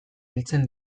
hiltzen